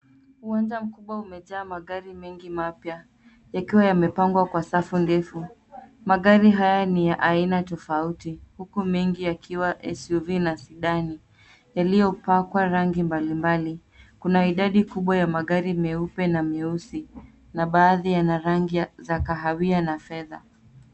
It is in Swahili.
Uwanja mkubwa umejaa magari mengi mapya, yakiwa yamepangwa kwa safu ndefu. Magari haya ni ya aina tofauti huku mengi yakiwa SUV na sidani, yaliyopakwa rangi mablimbali. Kuna idadi kubwa ya magari meupe na meusi, na baadhi yana rangi za kahawia na fedha.